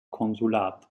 konsulat